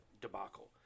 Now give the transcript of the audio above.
debacle